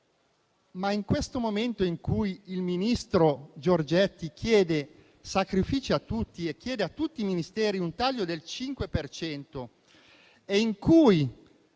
Ma, in questo momento in cui il ministro Giorgetti chiede sacrifici a tutti e chiede a tutti i Ministeri un taglio del 5 per cento